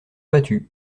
battus